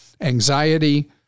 anxiety